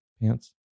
pants